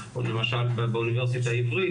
לפחות במה שהיה באוניברסיטה העברית,